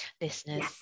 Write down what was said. listeners